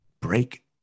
break